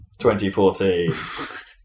2014